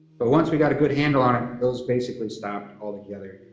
but once we got a good handle on it, those basically stopped altogether,